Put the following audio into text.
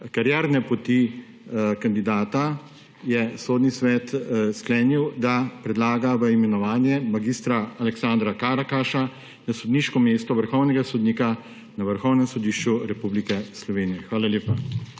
karierne poti kandidata, je Sodni svet sklenil, da predlaga v imenovanje mag. Aleksandra Karakaša na sodniško mesto vrhovnega sodnika na Vrhovnem sodišču Republike Slovenije. Hvala lepa.